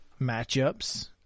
matchups